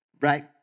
right